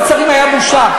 השרים מאשרת.